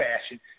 fashion